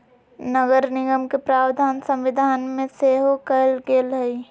नगरनिगम के प्रावधान संविधान में सेहो कयल गेल हई